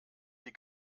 die